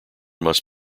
must